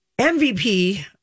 MVP